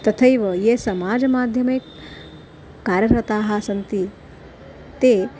तथैव ये समाजमाध्यमे कार्यरताः सन्ति ते